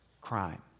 crime